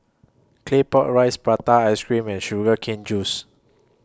Claypot Rice Prata Ice Cream and Sugar Cane Juice